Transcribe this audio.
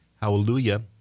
Hallelujah